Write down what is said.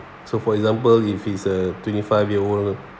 so for example if he's a twenty five year old